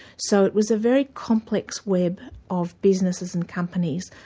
so it was a very complex web of businesses and companies.